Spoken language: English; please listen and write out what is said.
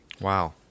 Wow